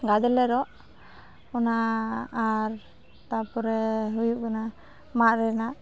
ᱜᱟᱫᱽᱞᱮ ᱨᱚᱜ ᱚᱱᱟ ᱟᱨ ᱛᱟᱯᱚᱨᱮ ᱦᱩᱭᱩᱜ ᱠᱟᱱᱟ ᱢᱟᱫ ᱨᱮᱱᱟᱜ